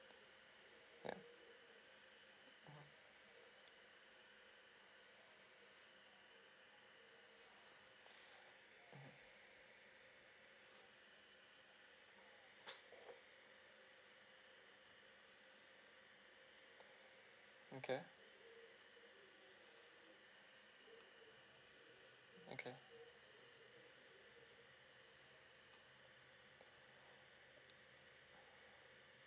yeah okay okay